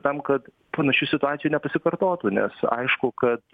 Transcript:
tam kad panašių situacijų nepasikartotų nesu aišku kad